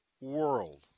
world